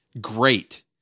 great